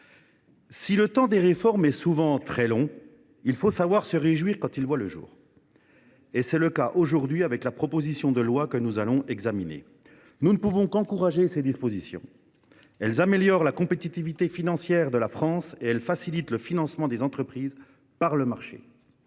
Si le temps des réformes est souvent très long, il faut savoir se réjouir quand ces dernières voient le jour. C’est le cas aujourd’hui, avec la proposition de loi que nous nous apprêtons à examiner et dont nous ne pouvons qu’approuver les dispositions : elles améliorent la compétitivité financière de la France et facilitent le financement des entreprises par le marché.